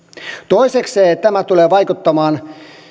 toisekseen tämä tulee vaikuttamaan